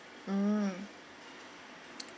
mm